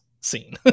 scene